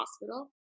hospital